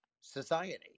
society